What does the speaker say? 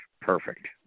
Perfect